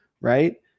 Right